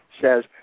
says